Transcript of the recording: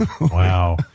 Wow